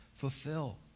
fulfill